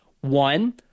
One